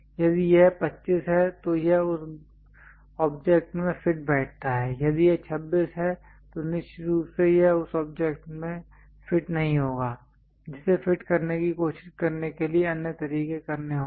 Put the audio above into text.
यदि यह 25 है तो यह उस ऑब्जेक्ट में फिट बैठता है यदि यह 26 है तो निश्चित रूप से यह उस ऑब्जेक्ट में फिट नहीं होगा जिसे फिट करने की कोशिश करने के लिए अन्य तरीके करने होंगे